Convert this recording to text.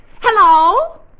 hello